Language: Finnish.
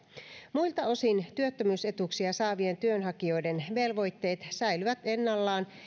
muilta osin työttömyysetuuksia saavien työnhakijoiden velvoitteet säilyvät ennallaan